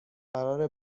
قراره